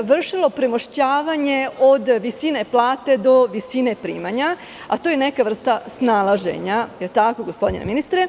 vršilo premošćavanje od visine plate do visine primanja, a to je neka vrsta snalaženja, jel tako gospodine ministre?